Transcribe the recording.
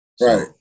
Right